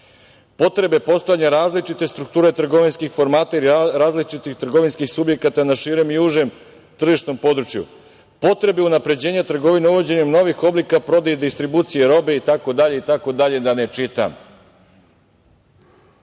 strukture različite strukture trovinskih formata i različitih trgovinskih subjekata na širem i užem tržišnom području, potrebe unapređenja trgovine uvođenjem novih oblika prodaje i distribucije robe, itd., da ne čitam. Znači,